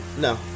No